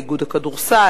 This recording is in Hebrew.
איגוד הכדורסל,